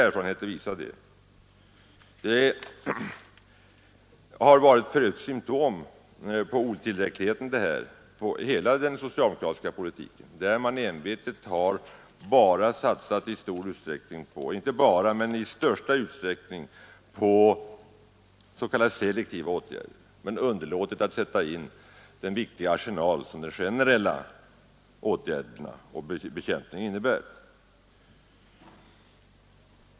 Det har för övrigt varit ett symtom på otillräckligheten i hela den socialdemokratiska politiken, där man i största möjliga utsträckning har satsat på s.k. selektiva åtgärder men underlåtit att sätta in den viktiga arsenal som de generella åtgärderna utgör.